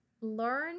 Learn